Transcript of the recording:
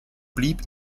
blieb